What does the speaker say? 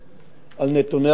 על נתוני המשטרה,